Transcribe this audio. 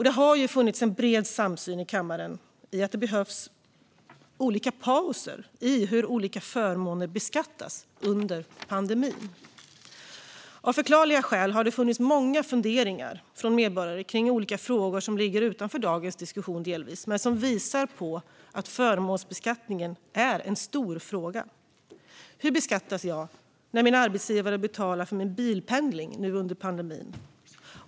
Det har funnits en bred samsyn i kammaren i att det behövs olika pauser i hur olika förmåner beskattas under pandemin. Av förklarliga skäl har det funnits många funderingar från medborgare kring olika frågor som delvis ligger utanför dagens diskussion men som visar på att förmånsbeskattningen är en stor fråga. Hur beskattas jag när min arbetsgivare betalar för min bilpendling nu under pandemin?